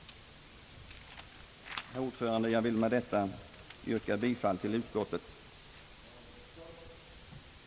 Herr talman! Jag vill med dessa ord yrka bifall till utskottets hemställan.